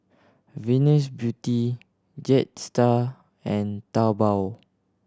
Venus Beauty Jetstar and Taobao